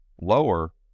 lower